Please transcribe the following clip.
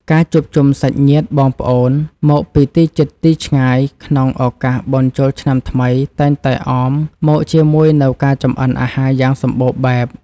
ការជួបជុំសាច់ញាតិបងប្អូនមកពីទីជិតទីឆ្ងាយក្នុងឱកាសបុណ្យចូលឆ្នាំថ្មីតែងតែអមមកជាមួយនូវការចម្អិនអាហារយ៉ាងសម្បូរបែប។